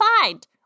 find